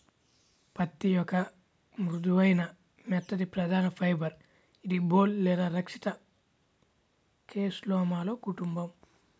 పత్తిఒక మృదువైన, మెత్తటిప్రధానఫైబర్ఇదిబోల్ లేదా రక్షిత కేస్లోమాలో కుటుంబం